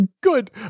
Good